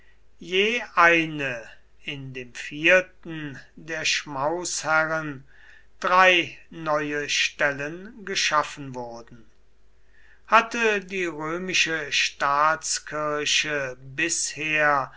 je eine in dem vierten der schmausherren drei neue stellen geschaffen wurden hatte die römische staatskirche bisher